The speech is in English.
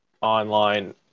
online